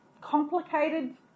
complicated